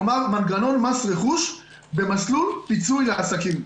כלומר, מנגנון מס רכוש במסלול פיצוי לעסקים.